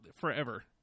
forever